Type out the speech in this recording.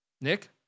Nick